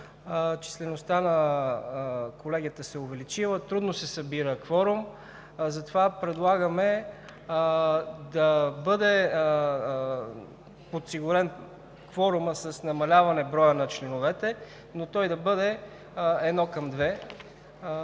числеността на колегията се е увеличила и трудно се събира кворум. Затова предлагаме кворумът да бъде подсигурен с намаляване на броя на членовете, но той да бъде едно към две.